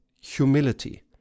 humility